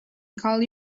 call